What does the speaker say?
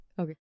Okay